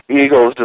Eagles